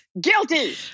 Guilty